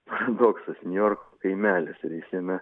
paradoksas niujorko kaimelis ir jis jame